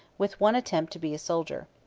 with one attempt to be a soldier.